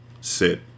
Sit